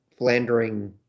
flandering